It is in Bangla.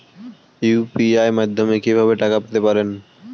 ইউ.পি.আই মাধ্যমে কি ভাবে টাকা পেতে পারেন?